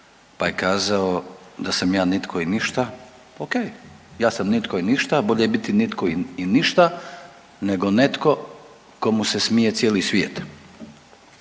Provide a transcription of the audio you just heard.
pa je kazao da sam ja nitko i ništa. Ok, ja sam nitko i ništa bolje je biti nitko i ništa nego netko komu se smije cijeli svijet.